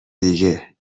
دیگه